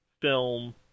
film